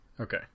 Okay